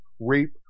rape